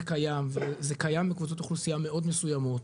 קיים וזה קיים בקבוצות אוכלוסייה מאוד מסוימות,